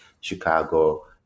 Chicago